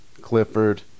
Clifford